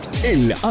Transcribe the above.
El